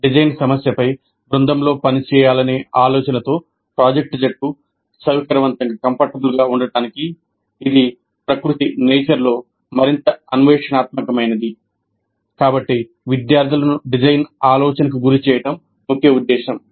design సమస్యపై బృందంలో పనిచేయాలనే ఆలోచనతో ప్రాజెక్ట్ జట్లు సౌకర్యవంతంగా ఉండటానికి ఇది ప్రకృతి లో మరింత అన్వేషణాత్మకమైనది కాబట్టి విద్యార్థులను డిజైన్ ఆలోచనకు గురిచేయడం ముఖ్య ఉద్దేశం